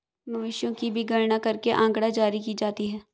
मवेशियों की भी गणना करके आँकड़ा जारी की जाती है